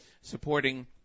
supporting